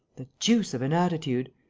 the deuce of an attitude!